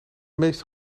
meeste